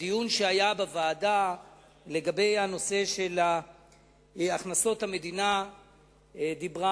בדיון שהיה בוועדה לגבי הנושא של הכנסות המדינה דיברה